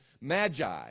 Magi